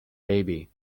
baby